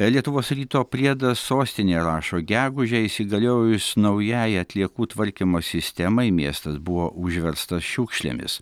lietuvos ryto priedas sostinė rašo gegužę įsigaliojus naujai atliekų tvarkymo sistemai miestas buvo užverstos šiukšlėmis